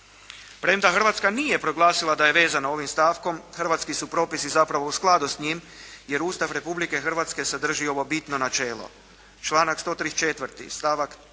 Premda Hrvatska nije proglasila da je vezana ovim stavkom, hrvatski su propisi zapravo u skladu s njim, jer Ustav Republike Hrvatske sadrži ovo bitno načelo. Članak 134. stavak 3.